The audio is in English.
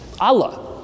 Allah